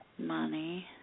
Money